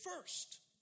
first